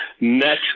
net